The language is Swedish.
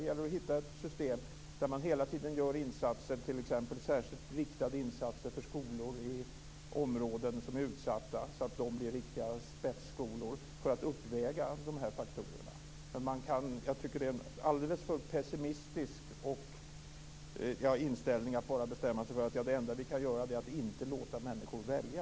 Det gäller att hitta ett system där man hela tiden gör t.ex. särskilt riktade insatser för skolor i områden som är utsatta, så att de blir riktiga spetsskolor för att uppväga de här faktorerna. Men jag tycker att det är en alldeles för pessimistisk inställning att bara bestämma sig för att det enda vi kan göra är att inte låta människor välja.